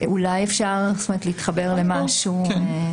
אולי אפשר להתחבר למשהו.